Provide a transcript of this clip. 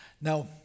Now